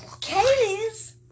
Katie's